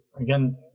again